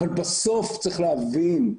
אבל בסוף צריך להבין,